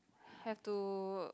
have to